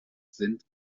sind